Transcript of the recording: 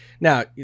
Now